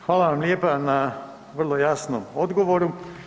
Hvala vam lijepa na vrlo jasnom odgovoru.